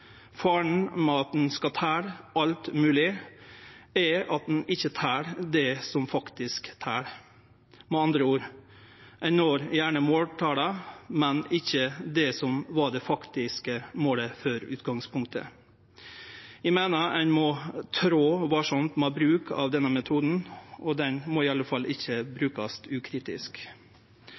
skal telje alt mogleg, er at ein ikkje tel det som faktisk tel. Med andre ord: Ein når gjerne måltala, men ikkje det som var det faktiske målet for utgangspunktet. Eg meiner ein må trø varsamt ved bruk av denne metoden, og han må i alle fall ikkje brukast ukritisk.